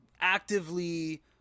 actively